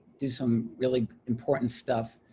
do some really important stuff.